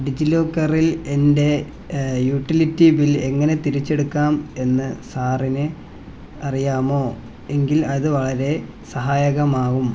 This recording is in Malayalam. ഡിജിലോക്കറിൽ എൻ്റെ യൂട്ടിലിറ്റി ബിൽ എങ്ങനെ തിരിച്ചെടുക്കാം എന്ന് സാറിന് അറിയാമോ എങ്കിൽ അത് വളരെ സഹായകമാവും